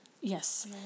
yes